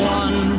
one